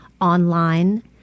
online